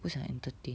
不想 entertain